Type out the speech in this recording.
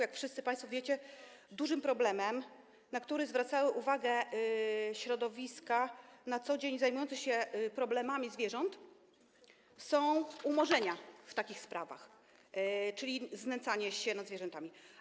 Jak wszyscy państwo wiecie, dużym problemem, na który zwracały uwagę środowiska na co dzień zajmujące się problemami zwierząt, są umorzenia w takich sprawach, czyli w sprawach o znęcanie się nad zwierzętami.